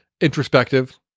introspective